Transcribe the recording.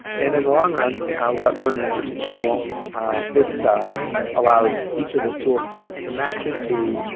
and in the long run without going into each tool this um allows each of the tools to to match into